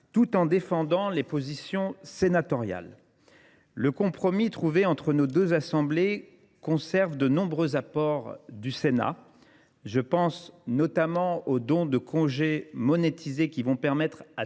tout en défendant les positions sénatoriales. Le compromis trouvé entre nos deux assemblées conserve de nombreux apports du Sénat. Je pense notamment aux dons de congés monétisés, qui permettront